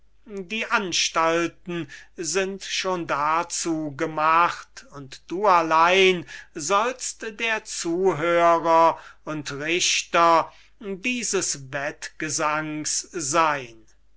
die anstalten sind schon dazu gemacht und du allein sollst der zuhörer und richter dieses wettgesangs sein